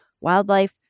wildlife